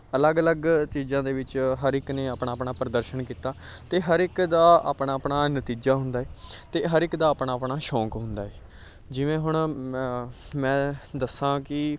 ਅਲੱਗ ਅਲੱਗ ਚੀਜ਼ਾਂ ਦੇ ਵਿੱਚ ਹਰ ਇੱਕ ਨੇ ਆਪਣਾ ਆਪਣਾ ਪ੍ਰਦਰਸ਼ਨ ਕੀਤਾ ਅਤੇ ਹਰ ਇੱਕ ਦਾ ਆਪਣਾ ਆਪਣਾ ਨਤੀਜਾ ਹੁੰਦਾ ਹੈ ਅਤੇ ਹਰ ਇੱਕ ਦਾ ਆਪਣਾ ਆਪਣਾ ਸ਼ੌਂਕ ਹੁੰਦਾ ਹੈ ਜਿਵੇਂ ਹੁਣ ਮ ਮੈਂ ਦੱਸਾਂ ਕਿ